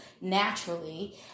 naturally